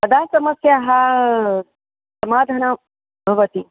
कदा समस्यायाः समाधानं भवति